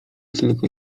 tylko